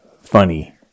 funny